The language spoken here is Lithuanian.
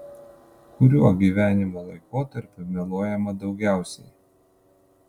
kuriuo gyvenimo laikotarpiu meluojama daugiausiai